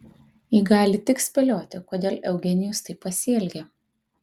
ji gali tik spėlioti kodėl eugenijus taip pasielgė